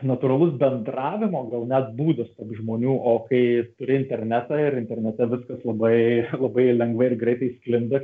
natūralus bendravimo gal net būdas tarp žmonių o kai turi internetą ir internete viskas labai labai lengvai ir greitai sklinda